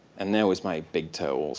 and there was my big toe,